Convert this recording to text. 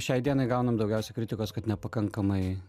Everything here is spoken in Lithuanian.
šiai dienai gaunam daugiausiai kritikos kad nepakankamai